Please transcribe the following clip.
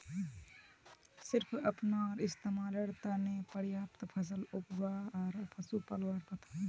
सिर्फ अपनार इस्तमालेर त न पर्याप्त फसल उगव्वा आर पशुक पलवार प्रथा